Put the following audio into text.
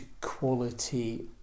quality